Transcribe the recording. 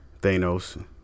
thanos